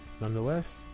Nonetheless